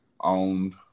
owned